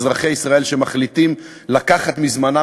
הם אזרחי ישראל שמחליטים לקחת מזמנם